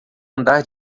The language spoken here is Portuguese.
andar